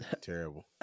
Terrible